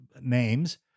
names